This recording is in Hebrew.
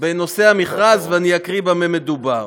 בנושא המכרז, ואני אקריא במה מדובר.